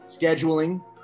scheduling